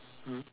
mm